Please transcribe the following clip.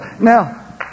Now